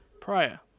prior